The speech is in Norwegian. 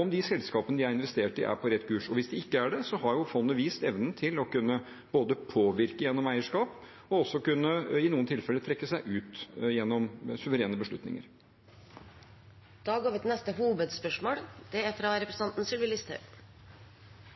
om de selskapene de har investert i, er på rett kurs. Hvis de ikke er det, har fondet vist evnen til både å kunne påvirke gjennom eierskap og i noen tilfeller kunne trekke seg ut gjennom suverene beslutninger. Vi går videre til neste hovedspørsmål. Det er